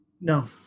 No